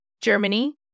Germany